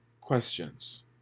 questions